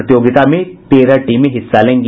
प्रतियोगिता में तेरह टीमें हिस्सा लेंगी